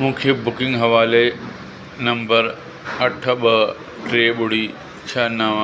मूंखे बुकिंग हवाले नम्बर अठ ॿ टे ॿुड़ी छह नव